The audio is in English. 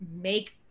make